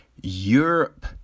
Europe